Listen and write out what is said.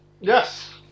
Yes